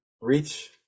reach